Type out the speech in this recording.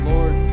Lord